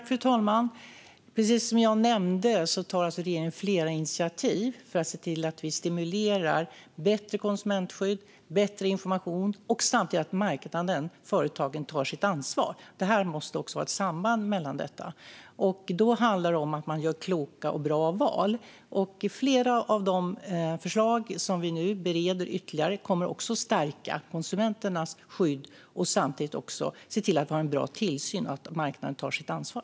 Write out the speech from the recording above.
Fru talman! Precis som jag nämnde tar regeringen flera initiativ för att se till att vi stimulerar bättre konsumentskydd och bättre information samtidigt som företagen på marknaden tar sitt ansvar. Det måste finnas ett samband mellan dessa. Det handlar om att göra kloka och bra val. Flera av de förslag som vi nu bereder kommer att ytterligare stärka konsumenternas skydd. Samtidigt kommer det att bli en bra tillsyn av att marknaden tar sitt ansvar.